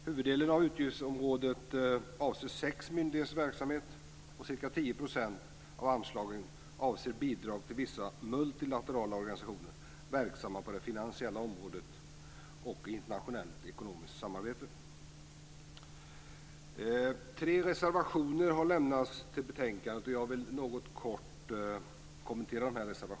Huvuddelen av utgiftsområdet avser sex myndigheters verksamhet, och ca 10 % av anslagen avser bidrag till vissa multilaterala organisationer verksamma på det finansiella området och i internationellt ekonomiskt samarbete. Tre reservationer har lämnats vid betänkandet, och jag vill kort kommentera dessa.